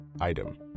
Item